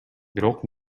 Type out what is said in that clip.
бирок